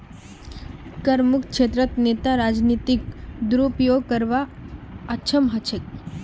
करमुक्त क्षेत्रत नेता राजनीतिक दुरुपयोग करवात अक्षम ह छेक